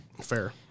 fair